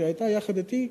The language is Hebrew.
שהיא היתה יחד אתי,